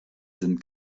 sind